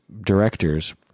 directors